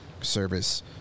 service